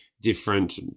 different